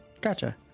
Gotcha